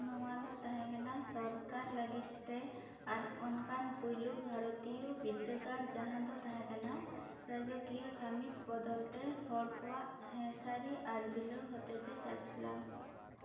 ᱱᱚᱣᱟ ᱫᱚ ᱛᱟᱦᱮᱸ ᱠᱟᱱᱟ ᱥᱚᱨᱠᱟᱨ ᱞᱟ ᱜᱤᱫ ᱛᱮ ᱟᱨ ᱚᱱᱠᱟᱱ ᱯᱩᱭᱞᱩ ᱵᱷᱟᱨᱚᱛᱤᱭᱩ ᱵᱤᱫᱽᱫᱟᱹᱜᱟᱲ ᱡᱟᱦᱟᱸ ᱫᱚ ᱛᱟᱦᱮᱸ ᱠᱟᱱᱟ ᱨᱟᱡᱚᱠᱤᱭᱚ ᱠᱟᱹᱢᱤᱛ ᱵᱚᱫᱚᱞ ᱛᱮ ᱦᱚᱲᱠᱚᱣᱟᱜ ᱦᱮᱸ ᱥᱟᱹᱨᱤ ᱟᱨ ᱜᱤᱞᱟ ᱣ ᱦᱚᱛᱮ ᱛᱮ ᱪᱟᱪᱞᱟᱣ